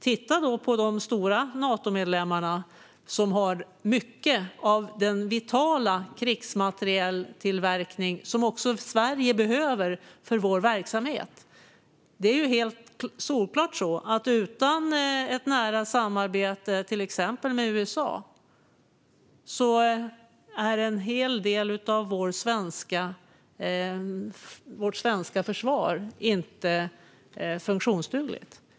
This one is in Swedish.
Titta då på de stora Natomedlemmarna som har mycket av den vitala krigsmaterieltillverkning som också vi i Sverige behöver för vår verksamhet. Det är helt solklart så att utan ett nära samarbete med till exempel USA är en hel del av vårt svenska försvar inte funktionsdugligt.